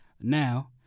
Now